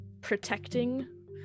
protecting